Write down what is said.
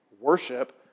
Worship